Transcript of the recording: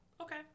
Okay